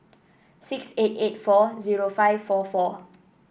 six eight eight four zero five four four